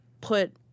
put